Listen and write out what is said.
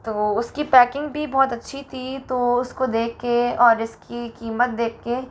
तो उसकी पैकिंग भी बहुत अच्छी थी तो उसको देख के और इसकी कीमत देख के